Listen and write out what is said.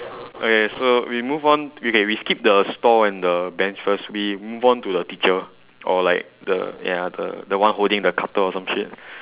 okay so we move on okay we skip the store and the bench first we move on to the teacher or like the ya the the one holding the cutter or some shit